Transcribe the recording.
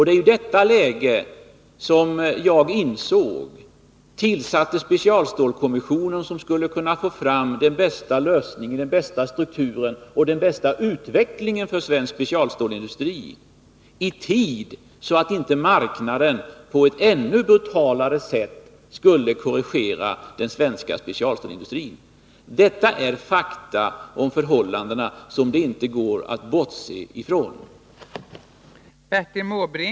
Det var i detta läge som jag tillsatte specialstålskommissionen, som skulle kunna få fram den bästa lösningen, strukturen och utvecklingen för svensk specialstålsindustri i tid, så att inte marknaden på ett ännu brutalare sätt skulle korrigera den svenska specialstålsindustrin. Detta är fakta om förhållandena som det inte går att bortse ifrån.